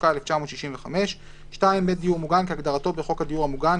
התשכ"ה 1965 בית דיור מוגן כהגדרתו בחוק הדיור המוגן,